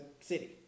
city